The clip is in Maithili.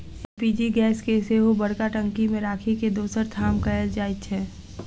एल.पी.जी गैस के सेहो बड़का टंकी मे राखि के दोसर ठाम कयल जाइत छै